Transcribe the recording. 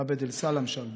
עבד אל-סלאם שלבי,